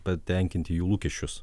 patenkinti jų lūkesčius